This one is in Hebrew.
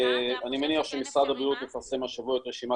אני מניח שמשרד הבריאות יפרסם השבוע את רשימת